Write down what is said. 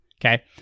okay